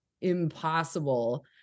impossible